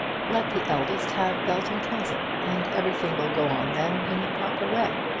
let the eldest have belton castle, and everything will go on then in the proper way.